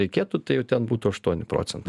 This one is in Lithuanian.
reikėtų tai jau ten būtų aštuoni procentai